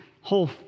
whole